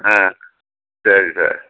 ஆ சரி சார்